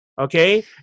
Okay